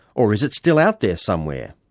or is it still out there somewhere?